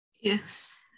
Yes